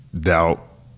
doubt